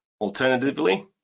Alternatively